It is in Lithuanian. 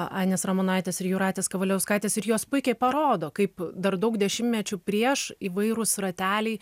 ainės ramonaitės ir jūratės kavaliauskaitės ir jos puikiai parodo kaip dar daug dešimtmečių prieš įvairūs rateliai